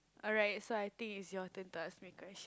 alright so I think it's your turn to ask me question